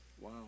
Wow